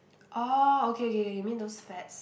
oh okay okay you mean those fats